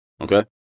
Okay